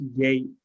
gate